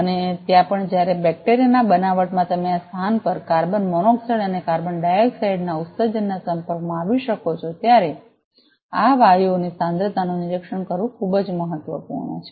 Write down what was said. અને ત્યાં પણ જ્યારે બેક્ટેરિયાના બનાવટમાં તમે આ સ્થાનો પર કાર્બન મોનોક્સાઇડ અને કાર્બન ડાયોક્સાઇડના ઉત્સર્જનના સંપર્કમાં આવી શકો છો ત્યારે આ વાયુઓની સાંદ્રતાનું નિરીક્ષણ કરવું ખૂબ જ મહત્વપૂર્ણ છે